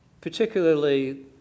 particularly